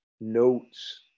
notes